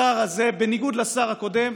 השר הזה, בניגוד לשר הקודם,